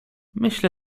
myślę